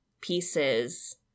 pieces